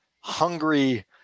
hungry